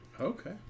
Okay